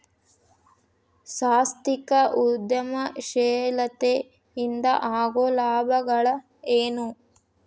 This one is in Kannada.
ಸಾಂಸ್ಥಿಕ ಉದ್ಯಮಶೇಲತೆ ಇಂದ ಆಗೋ ಲಾಭಗಳ ಏನು